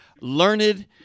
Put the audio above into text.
learned